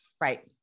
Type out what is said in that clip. Right